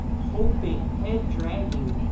hoping head dragging,